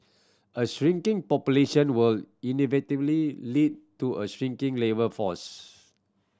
a shrinking population will inevitably lead to a shrinking labour force